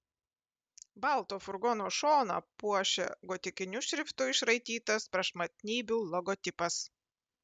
balto furgono šoną puošė gotikiniu šriftu išraitytas prašmatnybių logotipas